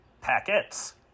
Packets